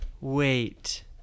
wait